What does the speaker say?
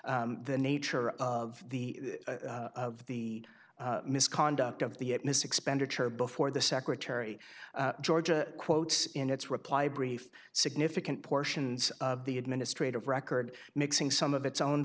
the nature of the of the misconduct of the mis expenditure before the secretary georgia quotes in its reply brief significant portions of the administrative record mixing some of its own